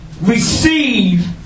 receive